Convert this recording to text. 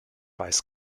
weiß